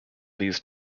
these